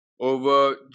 over